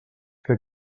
que